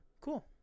cool